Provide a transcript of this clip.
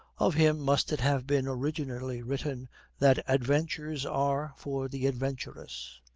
of him must it have been originally written that adventures are for the adventurous.